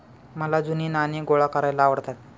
मला जुनी नाणी गोळा करायला आवडतात